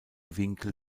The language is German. winkel